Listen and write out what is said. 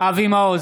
אבי מעוז,